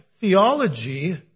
theology